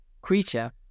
creature